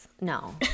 No